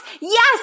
yes